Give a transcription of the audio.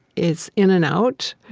it's in and out.